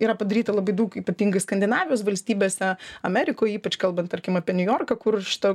yra padaryta labai daug ypatingai skandinavijos valstybėse amerikoj ypač kalbant tarkim apie niujorką kur šita